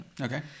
Okay